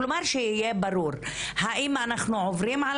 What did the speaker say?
כלומר שיהיה ברור האם אנחנו עוברים על